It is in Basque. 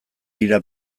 dira